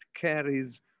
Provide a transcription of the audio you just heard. carries